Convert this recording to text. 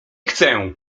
chcę